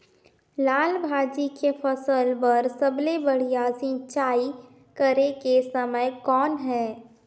लाल भाजी के फसल बर सबले बढ़िया सिंचाई करे के समय कौन हे?